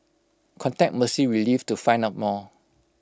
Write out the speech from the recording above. contact mercy relief to find out more